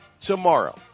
tomorrow